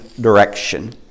direction